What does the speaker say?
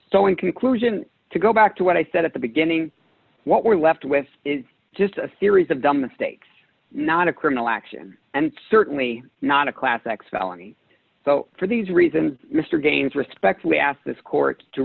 so in conclusion to go back to what i said at the beginning what we're left with is just a series of dumb mistakes not a criminal action and certainly not a class act felony for these reasons mr gaines respectfully asked this court to